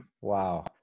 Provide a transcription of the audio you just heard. Wow